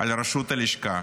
על רשות הלשכה.